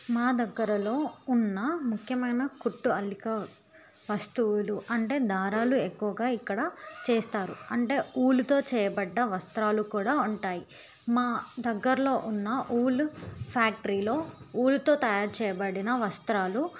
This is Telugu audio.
మా దగ్గరలో ఉన్న ముఖ్యమైన కుట్టు అల్లిక వస్తువులు అంటే దారాలు ఎక్కువగా ఇక్కడ చేస్తారు అంటే ఊలుతో చేయబడిన వస్త్రాలు కూడా ఉంటాయి మా దగ్గరలో ఉన్న ఊలు ఫ్యాక్టరీలో ఊలుతో తయారు చేయబడిన వస్త్రాలు